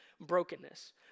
brokenness